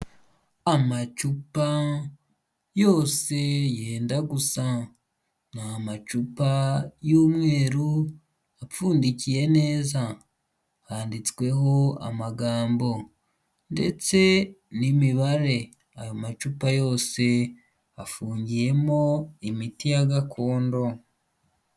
Amacupa yose yenda gusa, ni amacupa y'umweru apfundikiye neza, handitsweho amagambo ndetse n'imibare, ayo macupa yose afungiyemo imiti ya gakondo.